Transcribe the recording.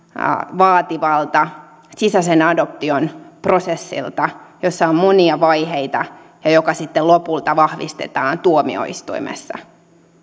vaativalta sisäisen adoption prosessilta jossa on monia vaiheita ja joka sitten lopulta vahvistetaan tuomioistuimessa